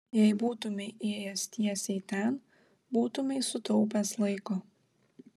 jei būtumei ėjęs tiesiai ten būtumei sutaupęs laiko